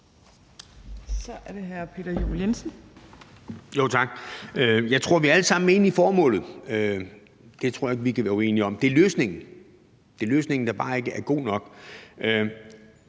Kl. 12:27 Peter Juel-Jensen (V): Tak. Jeg tror, vi alle sammen er enige om formålet. Det tror jeg ikke vi kan være uenige om. Det er løsningen, der bare ikke er god nok.